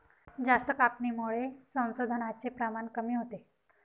जास्त कापणीमुळे संसाधनांचे प्रमाण कमी होते